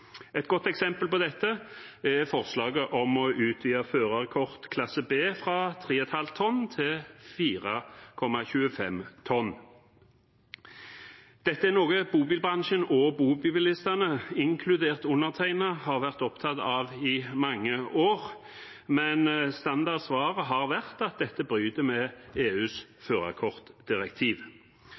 Et godt eksempel på dette er forslaget om å utvide førerkort klasse B fra 3,5 tonn til 4,25 tonn. Dette er noe bobilbransjen og bobilistene, inkludert undertegnede, har vært opptatt av i mange år, men standardsvaret har vært at dette bryter med EUs